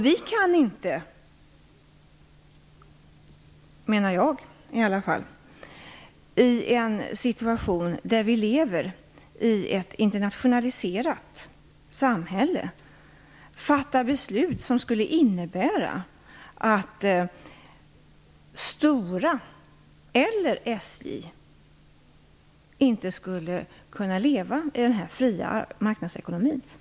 Vi kan inte - det menar i varje fall jag - i en situation där vi lever i ett internationaliserat samhälle fatta beslut som skulle innebära att Stora eller SJ inte skulle leva i en fri marknadsekonomi.